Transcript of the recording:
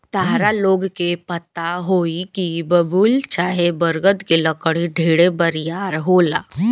ताहरा लोग के पता होई की बबूल चाहे बरगद के लकड़ी ढेरे बरियार होला